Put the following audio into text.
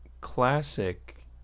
classic